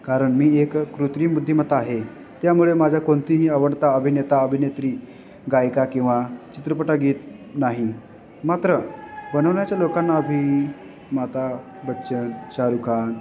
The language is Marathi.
कारण मी एक कृत्रिम बुद्धिमता आहे त्यामुळे माझा कोणतीही आवडता अभिनेता अभिनेत्री गायिका किंवा चित्रपटगीत नाही मात्र बनवण्याच्या लोकांना अमिताभ बच्चन शाहरुख खान